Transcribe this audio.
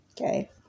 Okay